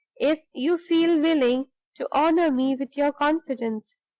if you feel willing to honor me with your confidence.